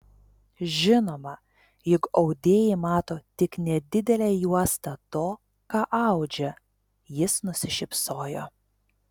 žinoma juk audėjai mato tik nedidelę juostą to ką audžia jis nusišypsojo